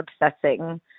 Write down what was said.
obsessing